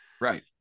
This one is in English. right